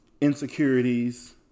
insecurities